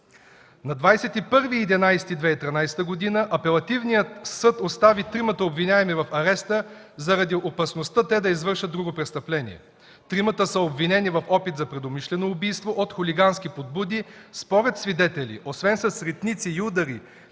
На 21.11.2013 г. Апелативният съд остави тримата обвиняеми в ареста, заради опасността те да извършат друго престъпление. Тримата са обвинени в опит за предумишлено убийство от хулигански подбуди. Според свидетели, освен с ритници и удари,